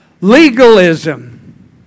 Legalism